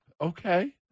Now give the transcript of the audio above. Okay